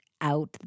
out